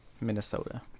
Minnesota